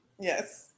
Yes